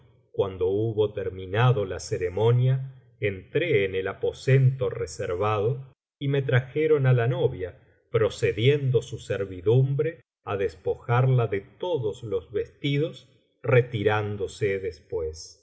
cuando hubo terminado la ceremonia entré en el aposento reservado y me trajeron á la novia procediendo su servidumbre á despojarla de todos los vestidos retirándose después